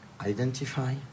identify